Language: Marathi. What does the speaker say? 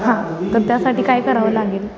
हां तर त्यासाठी काय करावं लागेल